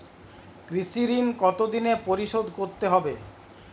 কৃষি ঋণ কতোদিনে পরিশোধ করতে হবে?